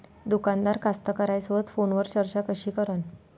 दुकानदार कास्तकाराइसोबत फोनवर चर्चा कशी करन?